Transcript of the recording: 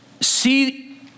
see